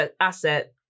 asset